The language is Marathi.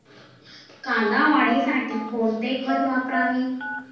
कांदा वाढीसाठी कोणते खत वापरावे?